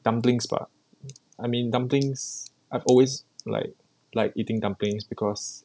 dumplings bah I mean dumplings I've always like liked eating dumplings because